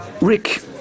Rick